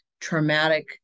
traumatic